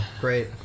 great